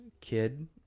kid